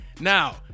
Now